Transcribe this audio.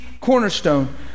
cornerstone